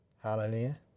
hallelujah